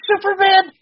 Superman